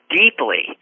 deeply